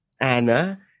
Anna